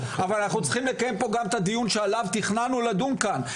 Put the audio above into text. אנחנו צריכים לקיים פה גם את הדיון שעליו תכננו לדון כאן,